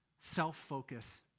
self-focus